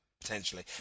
potentially